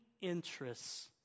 interests